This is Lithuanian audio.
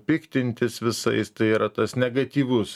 piktintis visais tai yra tas negatyvus